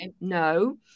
no